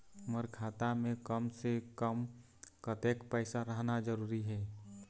मोर खाता मे कम से से कम कतेक पैसा रहना जरूरी हे?